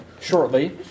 Shortly